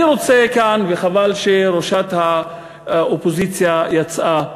אני רוצה כאן, חבל שראשת האופוזיציה יצאה,